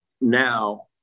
now